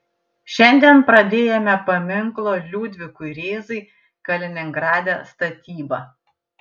šiandien pradėjome paminklo liudvikui rėzai kaliningrade statybą